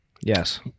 Yes